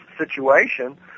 situation